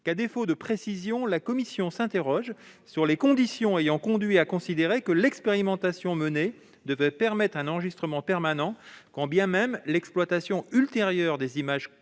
« à défaut de précision, la Commission s'interroge sur les conditions ayant conduit à considérer que l'expérimentation menée devait permettre un enregistrement permanent, quand bien même l'exploitation ultérieure des images collectées